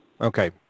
Okay